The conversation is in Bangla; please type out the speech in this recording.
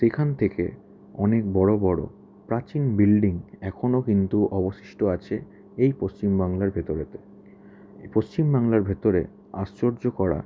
সেখান থেকে অনেক বড়ো বড়ো প্রাচীন বিল্ডিং এখনো কিন্তু অবশিষ্ট আছে এই পশ্চিম বাংলার ভেতরেতে পশ্চিম বাংলার ভেতরে আশ্চর্য করা